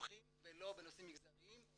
כמומחים ולא בנושאים מגזריים.